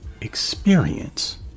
experience